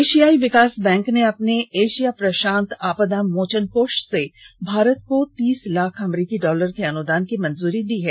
एशियाई विकास बैंक ने अपने एशिया प्रशान्त आपदा मोचन कोष से भारत को तीस लाख अमरीकी डॉलर के अनुदान की मंजूरी दी है